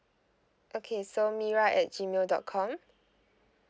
okay so mira at G mail dot com